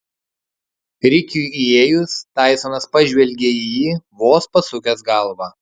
rikiui įėjus taisonas pažvelgė į jį vos pasukęs galvą